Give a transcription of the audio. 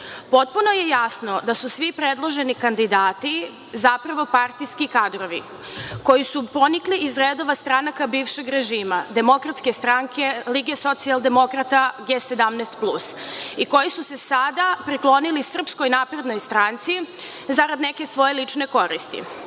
izvora. Potpuno je jasno da su svi predloženi kandidati zapravo partijski kadrovi, koji su ponikli iz redova stranaka bivšeg režima - Demokratske stranke, Lige socijaldemokrata, G17 plus i koji su se sada priklonili Srpskoj naprednoj stranci zarad neke svoje lične koristi. Obzirom